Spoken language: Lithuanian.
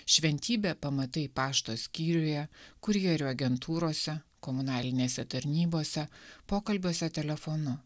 šventybė pamatai pašto skyriuje kurjerių agentūrose komunalinėse tarnybose pokalbiuose telefonu